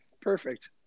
perfect